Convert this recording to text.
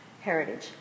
heritage